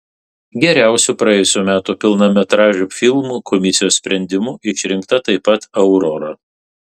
geriausiu praėjusių metų pilnametražiu filmu komisijos sprendimu išrinkta taip pat aurora